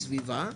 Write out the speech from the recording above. סביבה",